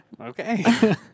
Okay